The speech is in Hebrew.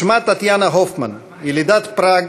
שמה טטיאנה הופמן, ילידת פראג,